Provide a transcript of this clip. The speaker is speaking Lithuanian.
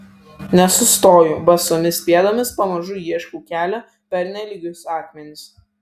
nesustoju basomis pėdomis pamažu ieškau kelio per nelygius akmenis